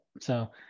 so-